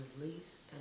release